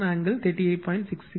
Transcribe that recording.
81 angle 38